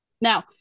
now